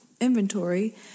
inventory